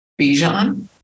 Bijan